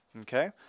Okay